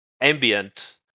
ambient